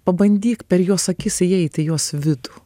pabandyk per jos akis įeiti į jos vidų